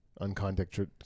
uncontacted